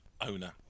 owner